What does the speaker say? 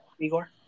Igor